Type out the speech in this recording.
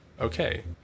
okay